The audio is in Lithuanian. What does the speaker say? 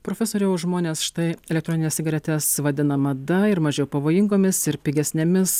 profesoriau žmonės štai elektronines cigaretes vadina mada ir mažiau pavojingomis ir pigesnėmis